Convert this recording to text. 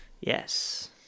Yes